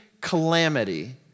calamity